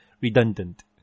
redundant